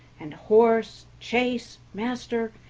and horse, chaise, master,